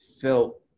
felt